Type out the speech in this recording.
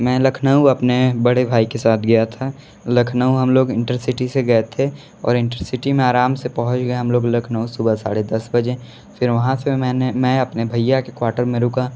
मैं लखनऊ अपने बड़े भाई के साथ गया था लखनऊ हम लोग इंटरसिटी से गए थे और इंटरसिटी में आराम से पहुंच गए हम लोग लखनऊ सुबह साढ़े दस बजे फिर वहाँ से मैंने मैं अपने भय्या के क्वार्टर में रुका